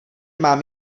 mám